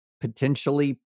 potentially